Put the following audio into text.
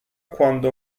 quando